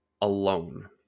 alone